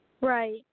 Right